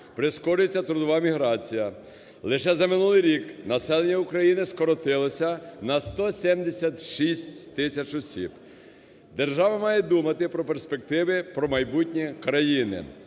прискорюється трудова міграція. Лише за минулий рік населення України скоротилося на 176 тисяч осіб. Держава має думати про перспективи про майбутнє країни.